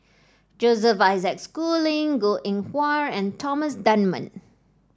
Joseph Isaac Schooling Goh Eng Wah and Thomas Dunman